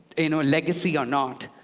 you know, legacy or not,